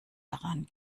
daran